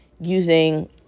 using